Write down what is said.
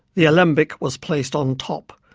the alembic was placed on top,